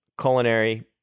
culinary